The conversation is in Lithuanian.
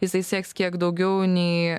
jisai sieks kiek daugiau nei